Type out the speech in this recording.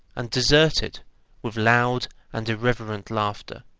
and deserted with loud and irreverent laughter.